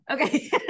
Okay